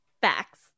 facts